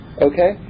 Okay